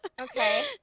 Okay